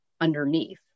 underneath